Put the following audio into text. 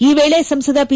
ಈ ವೇಳೆ ಸಂಸದ ಪಿ